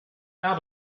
out